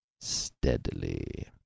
steadily